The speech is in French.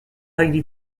règle